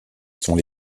sont